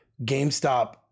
GameStop